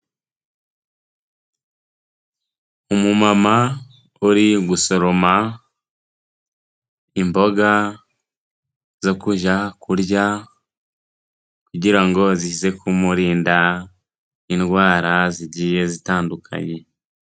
Umu mama uri gusoroma imboga zo kujya kurya kugira ngo zize kumurinda indwara zigiye zitandukanye.